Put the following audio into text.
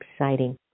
exciting